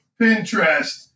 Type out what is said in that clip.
Pinterest